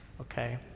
Okay